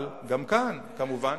אבל גם כאן כמובן